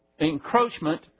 encroachment